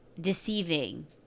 deceiving